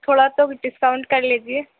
تھوڑا تو ڈسکاؤنٹ کر لیجیے